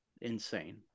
insane